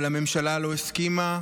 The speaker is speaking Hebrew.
אבל הממשלה לא הסכימה,